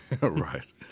Right